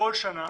כל שנה